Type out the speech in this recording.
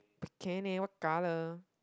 bikini what colour